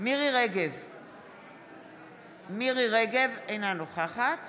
מירי מרים רגב, אינה נוכחת